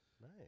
Nice